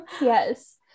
Yes